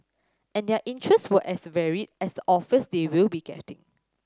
and their interest were as varied as the offers they will be gettin